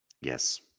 Yes